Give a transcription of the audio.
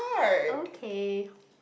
okay